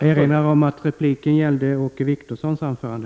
Jag vill påminna om att repliken gäller Åke Gustavssons anförande.